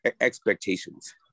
expectations